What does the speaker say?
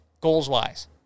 goals-wise